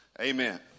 amen